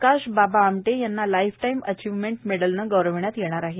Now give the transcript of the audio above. प्रकाश बाबा आमटे यांना lifetime achievement मेडलनं गौरवण्यात येणार आहे